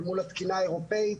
אל מול התקינה האירופאית,